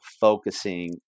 focusing